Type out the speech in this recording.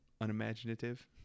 unimaginative